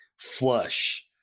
flush